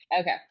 okay